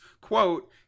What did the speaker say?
quote